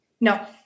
No